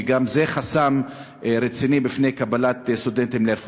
וגם זה חסם רציני בפני קבלת סטודנטים ללימודי רפואה.